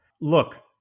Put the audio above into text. look